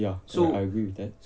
ya ya I agree with that